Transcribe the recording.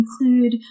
include